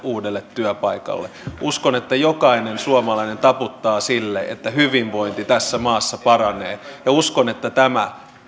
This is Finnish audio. uudelle työpaikalle uskon että jokainen suomalainen taputtaa sille että hyvinvointi tässä maassa paranee uskon että tämä